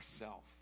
ourself